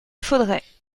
faudrait